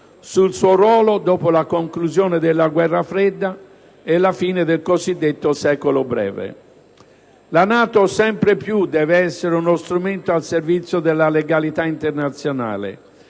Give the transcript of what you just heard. sul suo ruolo dopo la conclusione della Guerra fredda e la fine del cosiddetto secolo breve. La NATO, sempre più, deve essere uno strumento al servizio della legalità internazionale